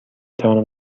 توانم